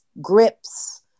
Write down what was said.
grips